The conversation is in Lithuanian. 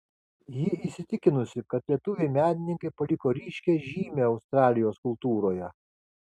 ji įsitikinusi kad lietuviai menininkai paliko ryškią žymę australijos kultūroje